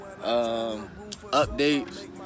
updates